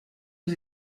aux